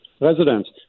residents